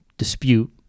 dispute